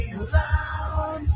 alone